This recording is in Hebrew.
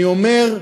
אני אומר,